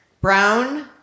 brown